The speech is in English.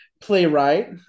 playwright